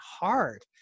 hard